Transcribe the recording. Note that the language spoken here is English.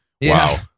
wow